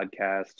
podcast